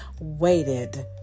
waited